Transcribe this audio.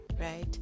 right